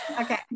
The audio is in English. Okay